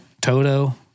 Toto